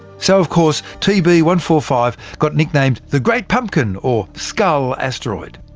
so of course t b one four five got nicknamed the great pumpkin or skull asteroid.